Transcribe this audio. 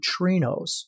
neutrinos